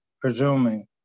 presuming